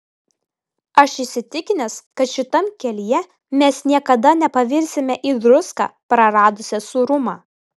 aš įsitikinęs kad šitam kelyje mes niekada nepavirsime į druską praradusią sūrumą